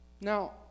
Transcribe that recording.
Now